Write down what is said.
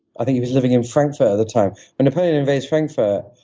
i think he was living in frankfurt at the time. when napoleon invades frankfurt,